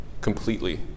completely